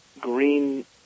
green